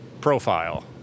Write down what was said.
profile